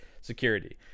security